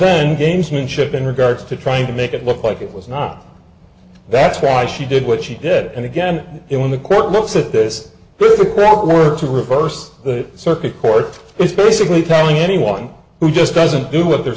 then gamesmanship in regards to trying to make it look like it was not that's why she did what she did and again when the court looks at this with the prep work to reverse the circuit court is basically telling anyone who just doesn't do what they're